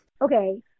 Okay